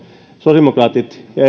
sosiaalidemokraatit